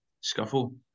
scuffle